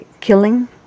killing